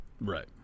Right